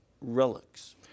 relics